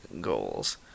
goals